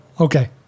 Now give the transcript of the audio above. okay